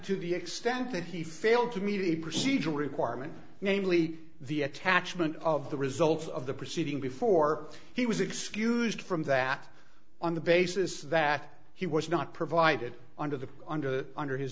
to the extent that he failed to meet a procedural requirement namely the attachment of the result of the proceeding before he was excused from that on the basis that he was not provided under the under under his